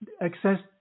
access